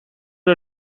the